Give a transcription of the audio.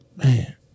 Man